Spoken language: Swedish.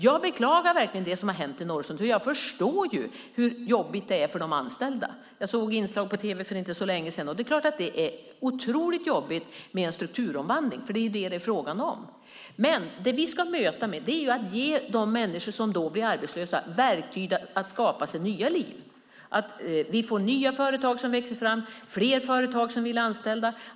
Jag beklagar verkligen det som har hänt i Norrsundet, och jag förstår hur jobbigt det är för de anställda; jag såg inslag om det på tv för inte så länge sedan. Det är klart att det är oerhört jobbigt med en strukturomvandling, för det är vad det är fråga om. Vi ska möta det med att ge de människor som blir arbetslösa verktyg att skapa sig nya liv. Vi måste se till att nya företag växer fram och att fler företag vill anställa.